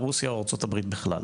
רוסיה או ארה"ב בכלל.